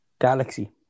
Galaxy